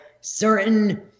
certain